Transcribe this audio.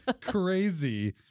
crazy